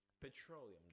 Petroleum